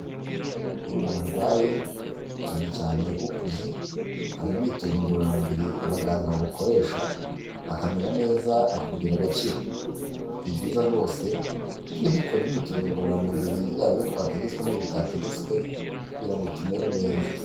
Iyo umuntu arwaye cyane cyane ukuze, hari imyitozo ngororamubiri abaganga bamukoresha akamera neza akongera agakira, ni byiza rwose tujye dukora imyitozo ngororamubiri yaba iyo twategetswe n'iyo tutategetswe kugira ngo tumere neza.